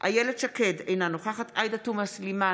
אינו נוכח איילת שקד,